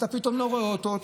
ואתה פתאום לא רואה אותו,